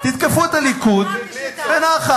תתקפו את הליכוד בנחת.